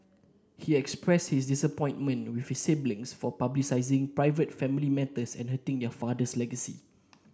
he expressed his disappointment with his siblings for publicising private family matters and hurting their father's legacy